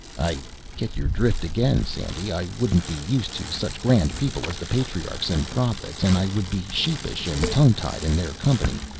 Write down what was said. i get your drift again, sandy. i wouldn't be used to such grand people as the patriarchs and prophets, and i would be sheepish and tongue-tied in their company,